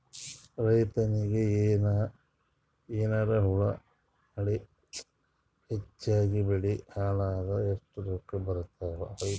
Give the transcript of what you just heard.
ರೈತನಿಗ ಏನಾರ ಮಳಿ ಹೆಚ್ಚಾಗಿಬೆಳಿ ಹಾಳಾದರ ಎಷ್ಟುರೊಕ್ಕಾ ಬರತ್ತಾವ?